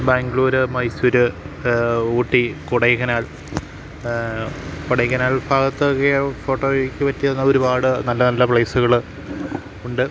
ബാംഗ്ലൂര് മൈസൂര് ഊട്ടി കൊടൈക്കനാൽ കൊടൈക്കനാൽ ഭാഗത്ത് ഒക്കെ ഫോട്ടോയ്ക്ക് പറ്റിയുന്ന ഒരുപാട് നല്ല നല്ല പ്ലേസുകൾ ഉണ്ട്